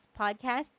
podcast